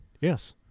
Yes